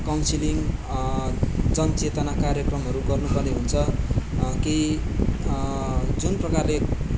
counselling जनचेतना कार्यक्रमहरू गर्नुपर्ने हुन्छ केही जुन प्रकारले